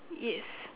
yes